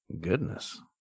Goodness